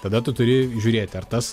tada tu turi žiūrėti ar tas